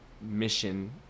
mission